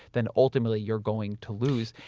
then ultimately you're going to lose.